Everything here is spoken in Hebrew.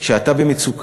כשאתה במצוקה,